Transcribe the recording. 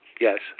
yes